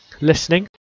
listening